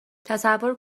تصور